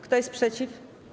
Kto jest przeciw?